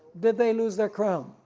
did they lose their crown?